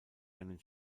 einen